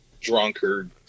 drunkard